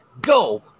go